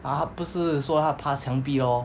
啊他不是说他怕墙壁 lor